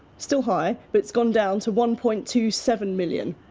still high, but it's gone down to one point two seven million.